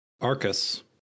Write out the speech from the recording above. Arcus